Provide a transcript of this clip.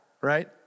right